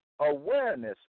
awareness